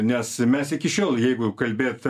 nes mes iki šiol jeigu kalbėt